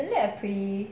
many happy